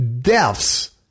deaths